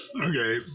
Okay